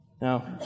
Now